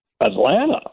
Atlanta